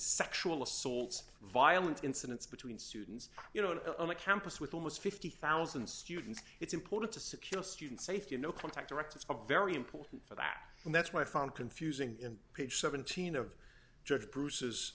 sexual assaults violent incidents between students you know in a campus with almost fifty thousand students it's important to secure student safety no contact directives are very important for that and that's what i found confusing in page seventeen of judge bruce's